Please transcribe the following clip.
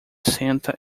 senta